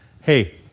hey